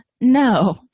no